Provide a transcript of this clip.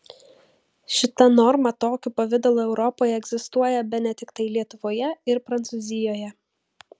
šita norma tokiu pavidalu europoje egzistuoja bene tiktai lietuvoje ir prancūzijoje